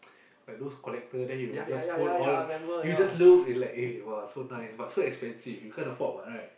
like those collector then he will just put all you just look you like eh !wah! so nice but so expensive you can't afford what right